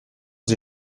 sie